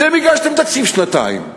אתם הגשתם תקציב לשנתיים,